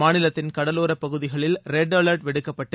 மாநிலத்தின் கடலோர பகுதிகளில் ரெட் அவர்ட் விடுக்கப்பட்டு